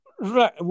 Right